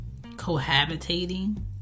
cohabitating